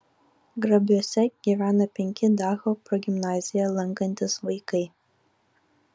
grabiuose gyvena penki dacho progimnaziją lankantys vaikai